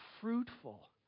fruitful